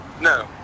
No